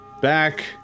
back